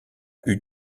eut